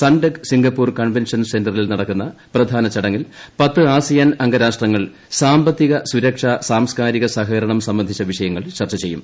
Sunteck Singapore convention സെന്ററിൽ നടക്കുന്ന പ്രധാന ചടങ്ങിൽ പത്ത് ആസിയാൻ അംഗരാഷ്ട്രങ്ങൾ സാമ്പത്തിക സുരക്ഷാ സാംസ്കാരിക സഹകരണം സംബന്ധിച്ച വിഷയങ്ങൾ ചർച്ച ചെയ്യും